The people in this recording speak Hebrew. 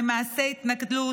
ממעשי התנכלות,